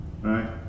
Right